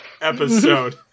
episode